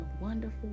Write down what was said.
wonderful